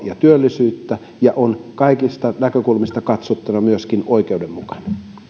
ja työllisyyttä ja on myöskin kaikista näkökulmista katsottuna oikeudenmukainen